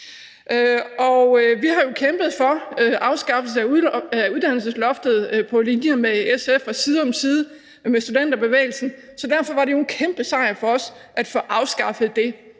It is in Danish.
Vi har kæmpet for afskaffelse af uddannelsesloftet på linje med SF og side om side med studenterbevægelsen, så derfor var det jo en kæmpe sejr for os at få afskaffet det.